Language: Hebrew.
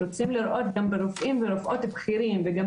רוצים לראות גם רופאים ורופאות בכירים וגם